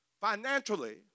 financially